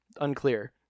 Unclear